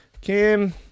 kim